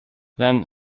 then